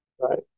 Right